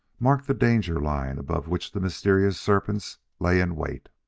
marked the danger line above which the mysterious serpents lay in wait.